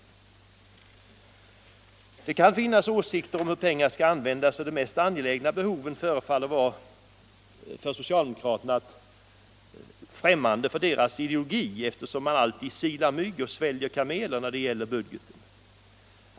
Att det kan finnas åsikter om hur pengar skall användas och om de mest angelägna behoven, det förefaller vara främmande för socialdemokratisk ideologi, eftersom man alltid silar mygg och sväljer kameler när det gäller budgeten.